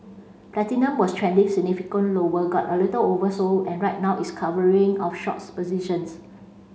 platinum was trending significantly lower got a little oversold and right now it's covering of short positions